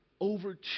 over